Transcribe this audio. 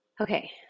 Okay